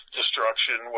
destruction